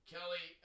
Kelly